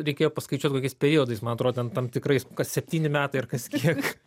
reikėjo paskaičiuot kokiais periodais man atrodo ten tam tikrais kas septyni metai ar kas kiek